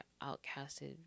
outcasted